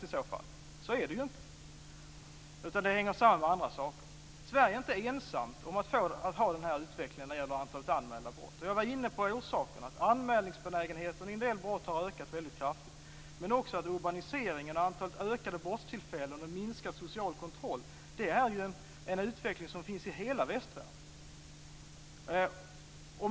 Så är det ju inte, utan det hänger samman med andra saker. Sverige är inte ensamt om att ha denna utveckling när det gäller antalet anmälda brott. Jag var inne på orsakerna, att anmälningsbenägenheten i fråga om en del brott har ökat mycket kraftigt. Men även urbaniseringen och antalet ökade brottstillfällen och en minskad social kontroll är en utveckling som finns i hela västvärlden.